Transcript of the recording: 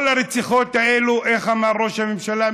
כל הרציחות האלה, איך אמר ראש הממשלה?